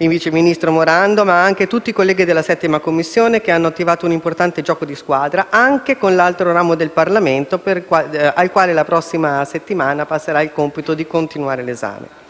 il vice ministro Morando, ma anche tutti i colleghi della 7a Commissione che hanno attivato un importante gioco di squadra anche con l'altro ramo del Parlamento, al quale la prossima settimana passerà il compito di continuare l'esame.